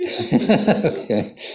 Okay